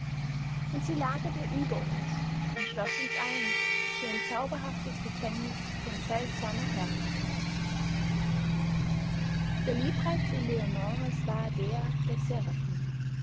und sie lagerte über uns und schloß uns ein wie in ein zauberhaftes gefängnis von seltsamer herrlichkeit der liebreiz eleonoras war der der seraphim